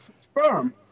sperm